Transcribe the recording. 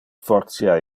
fortia